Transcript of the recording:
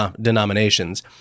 denominations